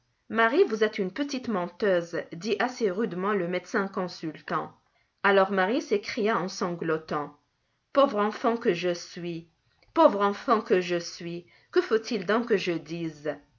marie vous êtes une petite menteuse dit assez rudement le médecin consultant alors marie s'écria en sanglotant pauvre enfant que je suis pauvre enfant que je suis que faut-il donc que je dise